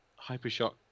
Hypershock